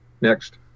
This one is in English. Next